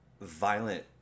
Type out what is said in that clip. violent